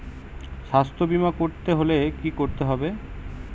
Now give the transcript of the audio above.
স্বাস্থ্যবীমা করতে হলে কি করতে হবে?